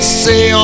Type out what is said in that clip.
say